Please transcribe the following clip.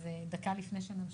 אז דקה לפני שנמשיך,